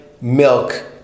milk